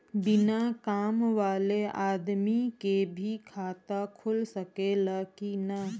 बिना काम वाले आदमी के भी खाता खुल सकेला की ना?